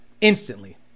instantly